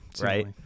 right